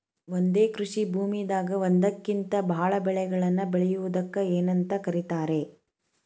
ಒಂದೇ ಕೃಷಿ ಭೂಮಿದಾಗ ಒಂದಕ್ಕಿಂತ ಭಾಳ ಬೆಳೆಗಳನ್ನ ಬೆಳೆಯುವುದಕ್ಕ ಏನಂತ ಕರಿತಾರೇ?